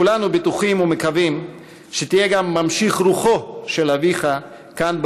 כולנו בטוחים ומקווים שתהיה גם ממשיך רוחו של אביך כאן,